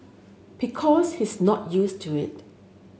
because he's not used to it